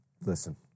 Listen